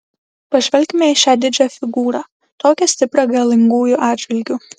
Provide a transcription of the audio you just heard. pažvelkime į šią didžią figūrą tokią stiprią galingųjų atžvilgiu